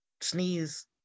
sneeze